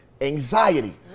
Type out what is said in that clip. anxiety